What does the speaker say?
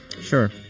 Sure